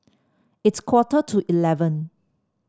its quarter to eleven